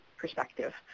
perspective